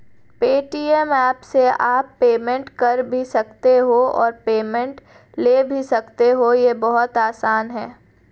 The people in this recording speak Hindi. पेटीएम ऐप से आप पेमेंट कर भी सकते हो और पेमेंट ले भी सकते हो, ये बहुत आसान है